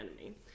enemy